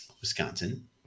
Wisconsin